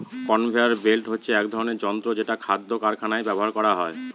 conveyor belt হচ্ছে এক ধরনের যন্ত্র যেটা খাদ্য কারখানায় ব্যবহার করা হয়